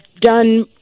done